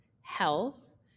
Health